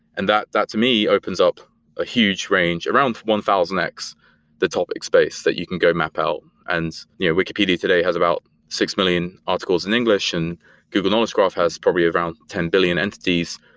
and that that to me opens up a huge range, around one thousand x the topic space that you can go map out, and yeah wikipedia today has about six million articles in english and google knowledge graph has probably around ten billion entities.